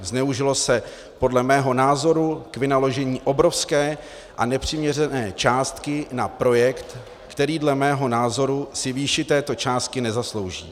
Zneužilo se podle mého názoru k vynaložení obrovské a nepřiměřené částky na projekt, který dle mého názoru si výši této částky nezaslouží.